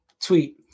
tweet